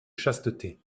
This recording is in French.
chasteté